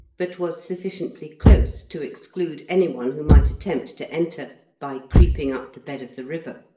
but was sufficiently close to exclude any one who might attempt to enter by creeping up the bed of the river.